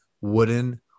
wooden